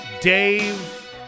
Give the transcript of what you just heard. Dave